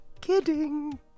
kidding